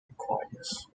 requires